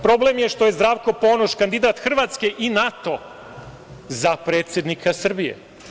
Problem je što je Zdravko Ponoš kandidat Hrvatske i NATO za predsednika Srbije.